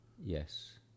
Yes